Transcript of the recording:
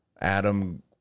Adam